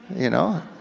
you know.